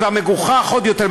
והמגוחך עוד יותר,